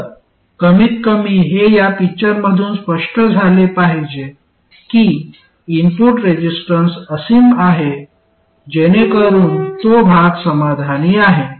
तर कमीतकमी हे या पिक्चरमधून स्पष्ट झाले पाहिजे की इनपुट रेजिस्टन्स असीम आहे जेणेकरून तो भाग समाधानी आहे